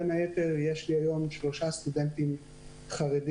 בין היתר יש לי היום שלושה סטודנטים חרדים